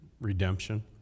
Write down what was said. redemption